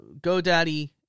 GoDaddy